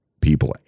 people